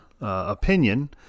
opinion